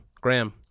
Graham